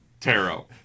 Tarot